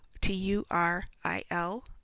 t-u-r-i-l